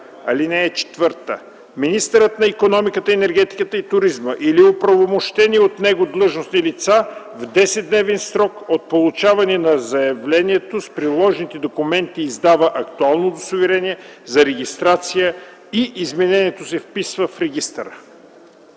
изменя така: „(4) Министърът на икономиката, енергетиката и туризма или оправомощени от него длъжностни лица в 10-дневен срок от получаване на заявлението с приложените документи издава актуално удостоверение за регистрация и изменението се вписва в регистъра”.